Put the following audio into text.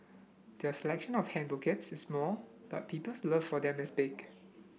their selection of hand bouquets is small but people's love for them is big